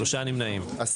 הצבעה בעד 4 נמנעים 3 אושר.